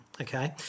Okay